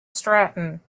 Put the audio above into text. stratton